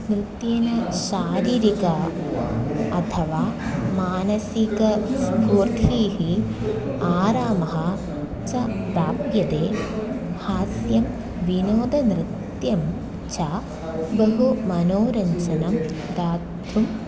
नृत्येन शारीरिक अथवा मानसिकस्फूर्थिः आरामः च प्राप्यते हास्यं विनोदनृत्यं च बहु मनोरञ्जनं दातुं